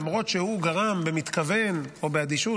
למרות שהוא גרם במתכוון או באדישות,